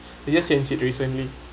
it just in it recently